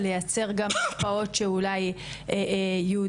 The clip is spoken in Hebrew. או לייצר גם הכשרות ייעודיות?